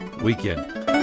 Weekend